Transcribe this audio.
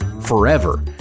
forever